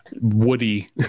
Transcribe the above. woody